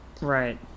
right